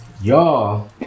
y'all